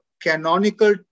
canonical